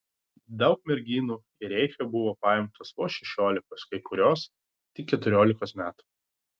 daug merginų į reichą buvo paimtos vos šešiolikos kai kurios tik keturiolikos metų